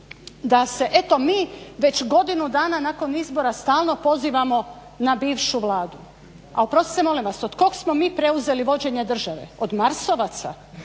da se eto mi već godinu dana nakon izbora stalno pozivamo na bivšu Vladu, a oprostite molim vas, od kog smo mi preuzeli vođenje države? Od marsovaca?